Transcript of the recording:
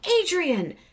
Adrian